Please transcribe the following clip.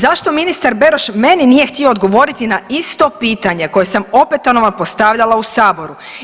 Zašto ministar Beroš meni nije htio odgovoriti na isto pitanje koje sam opetovano postavljala u saboru?